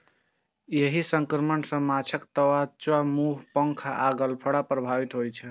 एहि संक्रमण सं माछक त्वचा, मुंह, पंख आ गलफड़ प्रभावित होइ छै